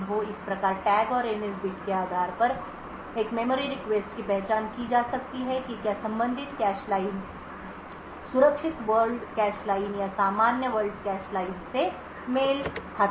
इस प्रकार टैग और NS बिट के आधार पर एक मेमोरी रिक्वेस्ट की पहचान की जा सकती है कि क्या संबंधित कैश लाइन सुरक्षित वर्ल्ड कैश लाइन या सामान्य वर्ल्ड कैश लाइन से मेल खाती है